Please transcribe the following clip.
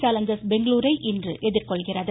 Challengers பெங்களூரை இன்று எதிர்கொள்கிறது